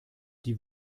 die